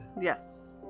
Yes